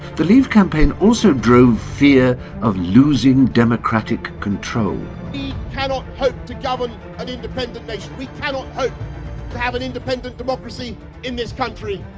the leave campaign also drove fear of losing democratic control. we cannot hope to govern an independent nation. we cannot hope to have an independent democracy in this country,